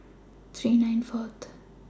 three nine Fourth